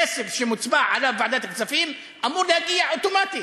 כסף שמוצבע עליו בוועדת הכספים אמור להגיע אוטומטית.